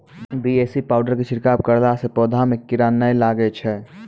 BAC powder के छिड़काव करला से पौधा मे कीड़ा नैय लागै छै?